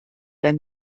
wenn